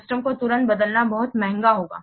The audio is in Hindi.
सिस्टम को तुरंत बदलना बहुत महंगा होगा